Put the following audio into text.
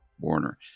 Warner